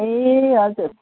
ए हजुर